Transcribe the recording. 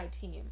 team